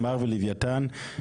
תמר ולווייתן,